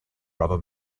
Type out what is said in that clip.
rubber